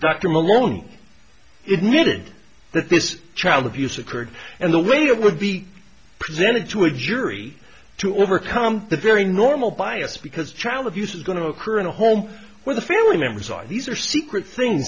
dr malone it needed that this child abuse occurred and the way it would be presented to a jury to overcome the very normal bias because child abuse is going to occur in a home where the family members are these are secret thing